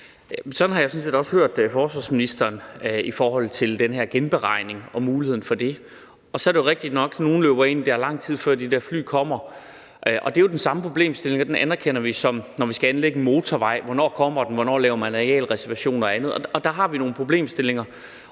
sådan set også hørt forsvarsministeren i forhold til den her genberegning og muligheden for det. Og så er det jo rigtigt nok, at nogle løber ind i det her, lang tid før de der fly kommer. Det er jo den samme problemstilling – den anerkender vi – som når vi skal anlægge en motorvej. Hvornår kommer den? Hvornår laver man arealreservationer og andet? Der har vi nogle problemstillinger.